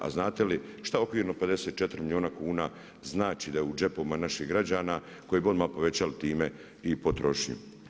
A znate li što okvirno 54 milijuna kuna znači u džepovima naših građana koji bi odmah povećali time i potrošnju?